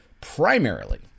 primarily